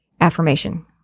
affirmation